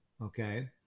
okay